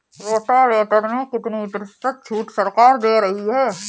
Rotavator में कितनी प्रतिशत का छूट सरकार दे रही है?